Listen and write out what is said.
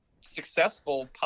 successful